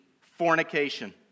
fornication